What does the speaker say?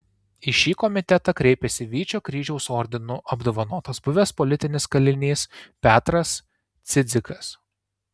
į šį komitetą kreipėsi vyčio kryžiaus ordinu apdovanotas buvęs politinis kalinys petras cidzikas